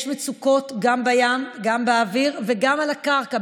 יש מצוקות גם בים, גם באוויר וגם על הקרקע.